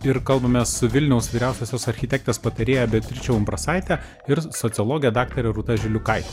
ir kalbamės su vilniaus vyriausiosios architektės patarėja beatriče umbrasaite ir sociologe daktare rūta žiliukaite